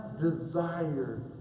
desire